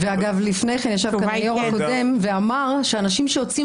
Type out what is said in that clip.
ולפני כן ישב פה היו"ר הקודם ואמר שאנשים שיוצאים